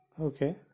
Okay